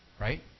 right